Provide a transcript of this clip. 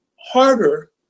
harder